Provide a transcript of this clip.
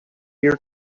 ear